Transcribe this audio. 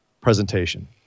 presentation